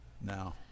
now